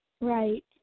right